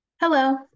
Hello